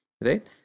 right